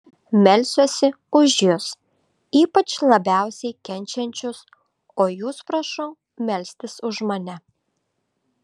melsiuosi už jus ypač labiausiai kenčiančius o jūs prašau melstis už mane